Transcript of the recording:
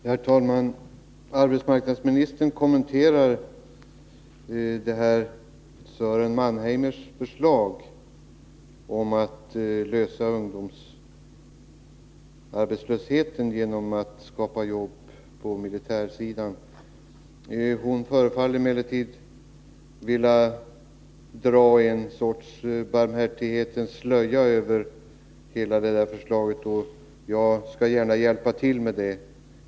Herr talman! Arbetsmarknadsministern kommenterade Sören Mannheimers förslag om att minska ungdomsarbetslösheten genom att skapa arbete på den militära sidan. Hon förefaller emellertid vilja dra en sorts barmhärtighetens slöja över hela förslaget, och jag skall gärna hjälpa till med det.